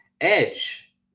Edge